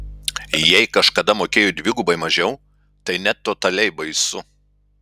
jei kažkada mokėjo dvigubai mažiau tai net totaliai baisu